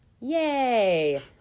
yay